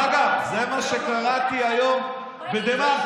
דרך אגב, זה מה שקראתי היום בדה-מרקר.